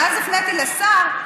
ואז הפניתי לשר,